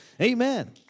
Amen